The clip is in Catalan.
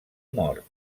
mort